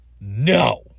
No